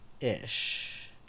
ish